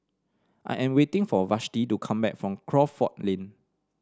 I am waiting for Vashti to come back from Crawford Lane